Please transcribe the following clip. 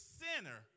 sinner